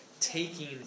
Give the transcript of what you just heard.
taking